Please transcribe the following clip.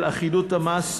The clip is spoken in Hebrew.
של אחידות המס,